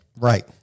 Right